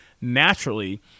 naturally